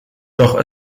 doch